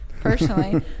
personally